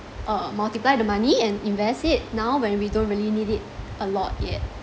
uh multiply the money and invest it now when we don't really need it a lot yet